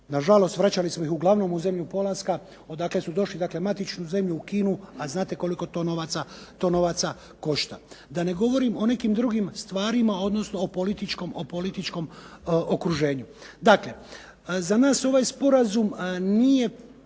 Nažalost, vraćali smo ih uglavnom u zemlju polaska odakle su došli, dakle matičnu zemlju Kinu, a znate koliko to novaca košta. Da ne govorim o nekim drugih stvarima, odnosno o političkom okruženju. Dakle, za nas ovaj sporazum nije